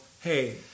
hey